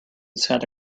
santa